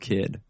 Kid